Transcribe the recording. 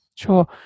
Sure